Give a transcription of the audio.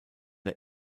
der